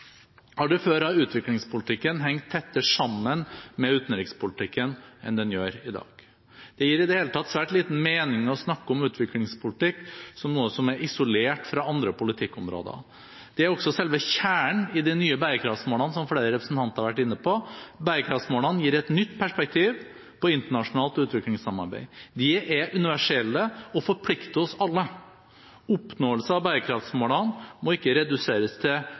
Aldri før har utviklingspolitikken hengt tettere sammen med utenrikspolitikken enn den gjør i dag. Det gir i det hele tatt svært liten mening å snakke om utviklingspolitikk som noe som er isolert fra andre politikkområder. Det er også selve kjernen i de nye bærekraftsmålene – som flere representanter har vært inne på. Bærekraftsmålene gir et nytt perspektiv på internasjonalt utviklingssamarbeid. De er universelle og forplikter oss alle. Oppnåelse av bærekraftsmålene må ikke reduseres til